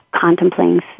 contemplating